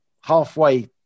halfway